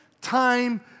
time